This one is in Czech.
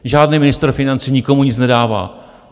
Žádný ministr financí nikomu nic nedává.